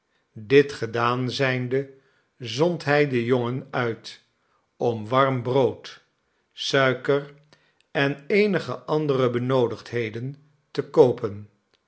dit gedaan zijnde zond hij den jongen uit om warm brood suiker en eenige andere benoodigdheden te koopen